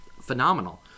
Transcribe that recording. phenomenal